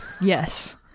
yes